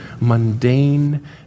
mundane